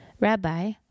Rabbi